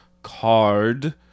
card